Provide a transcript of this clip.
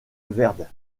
verde